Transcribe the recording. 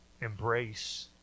embrace